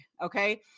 okay